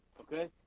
Okay